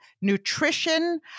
nutrition